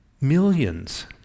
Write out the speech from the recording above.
millions